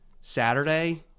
Saturday